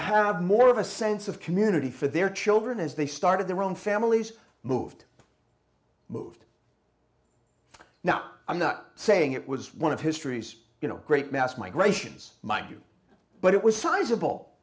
have more of a sense of community for their children as they started their own families moved moved now i'm not saying it was one of history's great mass migrations mind you but it was sizable